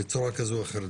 בצורה כזאת או אחרת?